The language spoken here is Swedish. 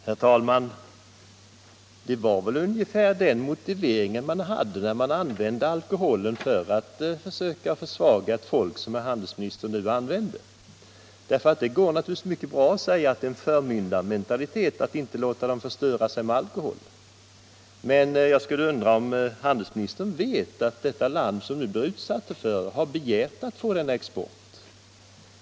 Herr talman! Det var ungefär den motivering handelsministern nu anför som man hade när man använde alkoholen för att försöka försvaga ett folk. Det går naturligtvis mycket bra att säga att det är utslag av förmyndarmentalitet att inte låta folket i u-länderna förstöra sig med alkohol. Men jag undrar om handelsministern vet att det land som nu blir utsatt för denna export har begärt att få den.